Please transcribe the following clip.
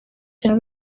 cyane